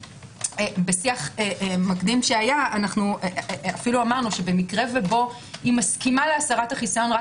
בשיח מקדים שהיה אמרנו שבמקרה שבו היא מסכימה להסרת החיסיון רק